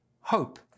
hope